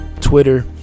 Twitter